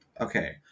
okay